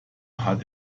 hat